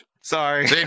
sorry